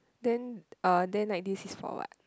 then uh then like this is for what